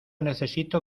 necesito